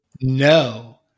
No